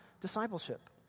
discipleship